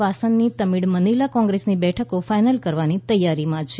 વાસનની તમિળ મનીલા કોંગ્રેસની બેઠકો ફાઇનલ કરવાની તૈયારીમાં છે